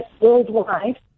worldwide